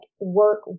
work